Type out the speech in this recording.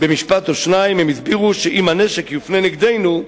במשפט או שניים, הם הסבירו שאם הנשק יופנה נגדנו,